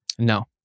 No